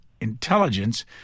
intelligence